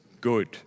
good